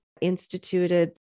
instituted